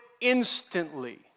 instantly